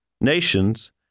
nations